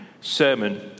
sermon